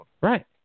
Right